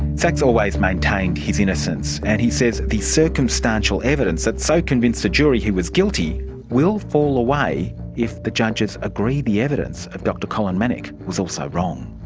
always maintained his innocence. and he says the circumstantial evidence that so convinced the jury he was guilty will fall away if the judges agree the evidence of dr colin manock was also wrong.